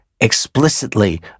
explicitly